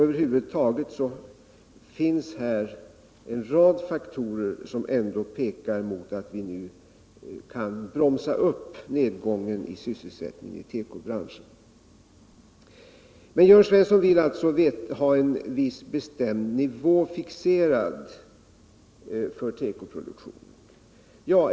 Över huvud taget finns här en rad faktorer som ändå pekar mot att vi nu kan bromsa upp nedgången i sysselsättningen inom tekobranschen. Jörn Svensson vill alltså ha en viss, bestämd nivå fixerad för tekoproduktionen.